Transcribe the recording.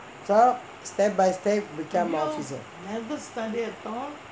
stop step by step become officer